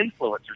influencers